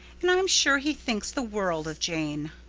and i'm sure he thinks the world of jane.